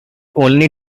only